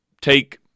take